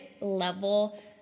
level